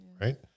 right